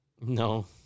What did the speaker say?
no